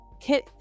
Kit